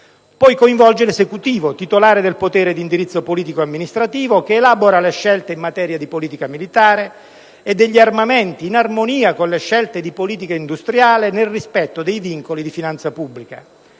poi coinvolge l'Esecutivo, titolare del potere di indirizzo politico-amministrativo, che elabora le scelte in materia di politica militare e degli armamenti, in armonia con le scelte di politica industriale, nel rispetto dei vincoli di finanza pubblica;